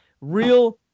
real